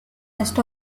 rest